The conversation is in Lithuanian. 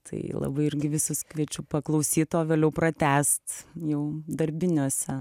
tai labai irgi visus kviečiu paklausyt o vėliau pratęst jau darbiniuose